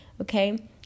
okay